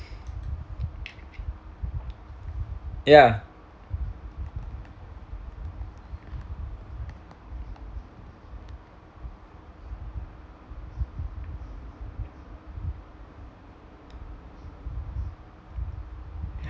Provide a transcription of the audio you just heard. ya